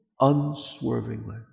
unswervingly